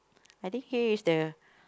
I think here is the